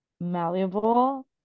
malleable